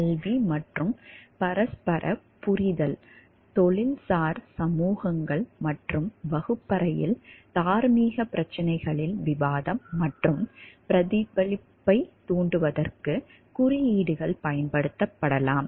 கல்வி மற்றும் பரஸ்பர புரிதல் தொழில்சார் சமூகங்கள் மற்றும் வகுப்பறையில் தார்மீகப் பிரச்சினைகளில் விவாதம் மற்றும் பிரதிபலிப்பைத் தூண்டுவதற்கு குறியீடுகள் பயன்படுத்தப்படலாம்